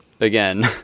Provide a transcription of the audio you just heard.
again